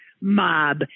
mob